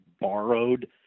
borrowed